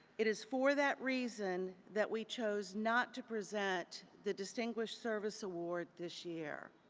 it is for that reason that we chose not to present the distinguished service award this year.